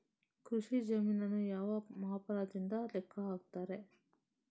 ಕೃಷಿ ಜಮೀನನ್ನು ಯಾವ ಮಾಪನದಿಂದ ಲೆಕ್ಕ ಹಾಕ್ತರೆ?